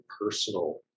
personal